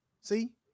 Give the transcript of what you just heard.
see